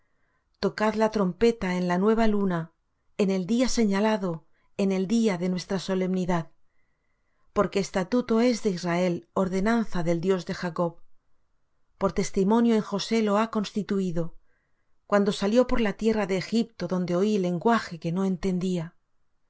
tocad la trompeta en la nueva luna en el día señalado en el día de nuestra solemnidad porque estatuto es de israel ordenanza del dios de jacob por testimonio en josé lo ha constituído cuando salió por la tierra de egipto donde oí lenguaje que no entendía